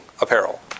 apparel